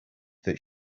that